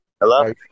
Hello